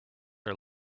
are